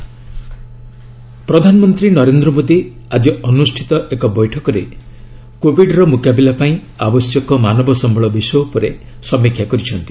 PM covid measures ପ୍ରଧାନମନ୍ତ୍ରୀ ନରେନ୍ଦ୍ର ମୋଦି ଆଜି ଅନୁଷ୍ଠିତ ଏକ ବୈଠକରେ କୋବିଡ୍ର ମୁକାବିଲା ପାଇଁ ଆବଶ୍ୟକ ମାନବ ସମ୍ଭଳ ବିଷୟ ଉପରେ ସମୀକ୍ଷା କରିଛନ୍ତି